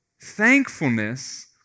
thankfulness